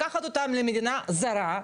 לקחת אותם למדינה זרה,